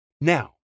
Now